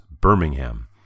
Birmingham